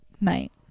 night